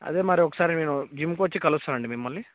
అదే మరి ఒకసారి నేను జిమ్కి వచ్చి కలుస్తాను అండి మిమ్మల్ని